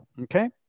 okay